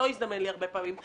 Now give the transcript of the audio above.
בהרבה מובנים,